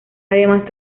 además